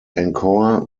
encore